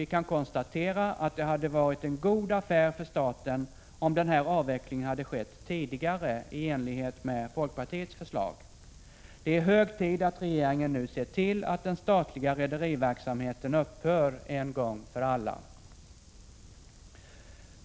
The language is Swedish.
Vi kan konstatera att det hade varit en god affär för staten om den här avvecklingen hade skett tidigare, i enlighet med folkpartiets förslag. Det är hög tid att regeringen nu ser till att den statliga rederiverksamheten upphör en gång för alla.